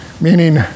meaning